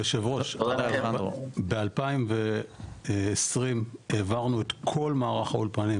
היושב ראש, ב-2020 העברנו את כל מערך האולפנים